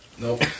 Nope